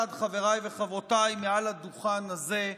לצד חבריי וחברותיי מעל הדוכן הזה,